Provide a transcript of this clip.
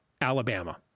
Alabama